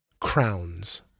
Crowns